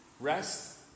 Rest